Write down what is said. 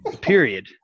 period